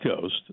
Coast